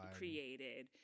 created